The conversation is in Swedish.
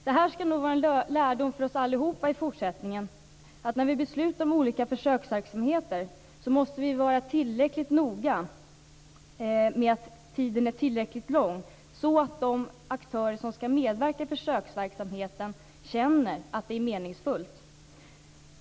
Det skall nog vara en lärdom för oss alla i fortsättningen, att när vi fattar beslut om olika försöksverksamheter måste vi vara tillräckligt noga med att tiden är tillräckligt lång så att de aktörer som skall medverka i försöksverksamheten känner att det är meningsfullt.